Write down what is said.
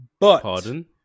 Pardon